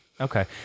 Okay